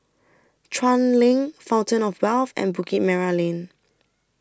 Chuan LINK Fountain of Wealth and Bukit Merah Lane